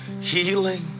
healing